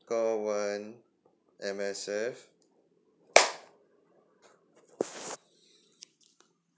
call one M_S_F